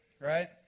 right